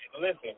Listen